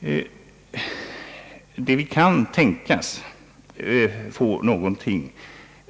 I den mån vi kan tänkas få ut någonting